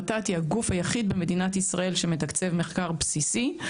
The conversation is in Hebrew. ות"ת היא הגוף היחיד במדינת ישראל שמתקצב מחקר בסיסי,